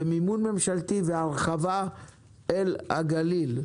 מימון ממשלתי והרחבה אל הגליל.